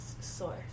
source